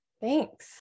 thanks